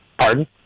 Pardon